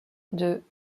deux